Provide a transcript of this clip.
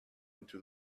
into